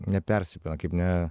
nepersipina kaip ne